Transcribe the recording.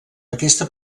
aquesta